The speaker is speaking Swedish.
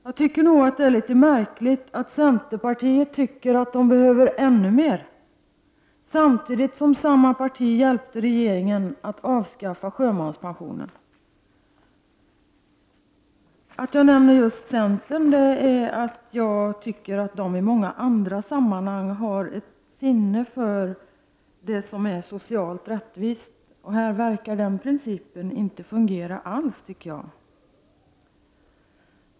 Enligt min mening är det märkligt att centerpartiet tycker att de behöver ännu mer, inte minst som samma parti hjälpte regeringen att avskaffa sjömanspensionen. Att jag nämner just centern beror på att jag tycker att det partiet i många andra sammanhang har sinne för det som är socialt rättvist. Men här förefaller den principen inte alls fungera.